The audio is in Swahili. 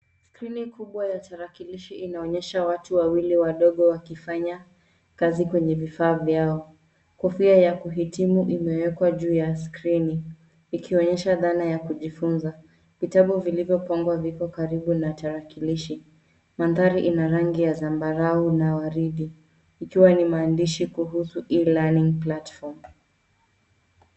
Skrini kubwa ya tarakilishi inaonyesha watu wawili wadogo wakifanya kazi kwenye vifaa vyao. Kofia ya kuhitimu imewekwa juu ya skrini ikionyesha dhana ya kujifunza. Vitabu vilivyopangwa viko karibu na tarakilishi. Mandhari ina rangi ya zambarau na waridi ikiwa ni maandishi kuhusu E-LEARNING PLATFORM .